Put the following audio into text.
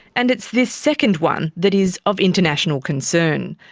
and it's this second one that is of international concern.